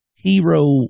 hero